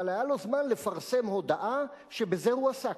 היה לו זמן לפרסם הודעה שבזה הוא עסק: